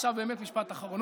משפט אחרון,